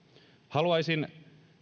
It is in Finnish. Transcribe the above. haluaisin